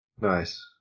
Nice